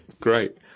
Great